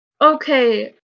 okay